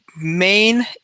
main